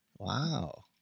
Wow